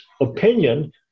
opinion